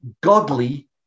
godly